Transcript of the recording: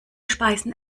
speisen